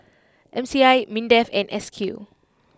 M C I Mindef and S Q